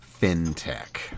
fintech